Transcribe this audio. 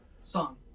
song